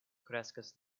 kreskas